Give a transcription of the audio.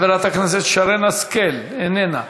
חברת הכנסת שרן השכל, אינה נוכחת.